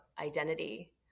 identity